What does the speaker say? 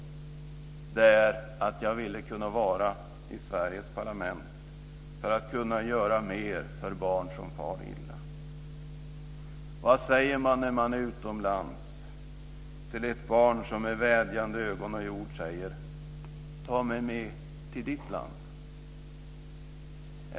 Jag undrar vad man, när man är utomlands, svarar ett barn som med vädjande ögon säger: Ta mig med till ditt land!